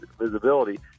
visibility